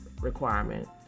requirement